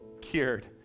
cured